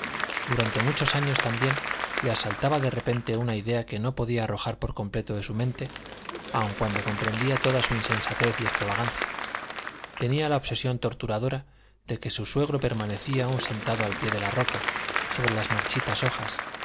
durante muchos años también le asaltaba de repente una idea que no podía arrojar por completo de su mente aun cuando comprendía toda su insensatez y extravagancia tenía la obsesión torturadora de que su suegro permanecía aún sentado al pie de la roca sobre las marchitas hojas